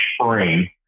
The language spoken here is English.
spring